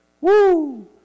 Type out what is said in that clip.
woo